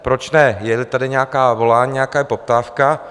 Proč ne, jeli tady nějaké volání, nějaká poptávka.